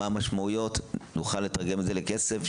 מה המשמעויות שנוכל לתרגם לכסף?